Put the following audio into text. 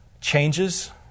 changes